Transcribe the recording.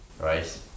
right